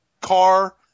car